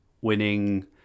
winning